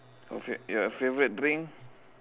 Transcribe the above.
oh fav~ your favorite drink